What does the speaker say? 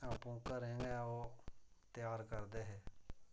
आपूं घरें गै ओह् त्यार करदे हे